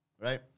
right